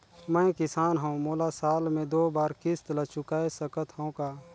मैं किसान हव मोला साल मे दो बार किस्त ल चुकाय सकत हव का?